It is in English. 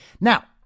Now